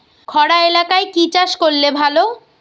খরা এলাকায় কি চাষ করলে ভালো?